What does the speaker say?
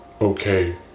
okay